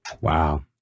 wow